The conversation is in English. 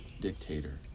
dictator